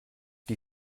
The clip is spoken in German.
die